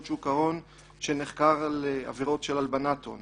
שוק ההון שנחקר על עבירות של הלבנת הון,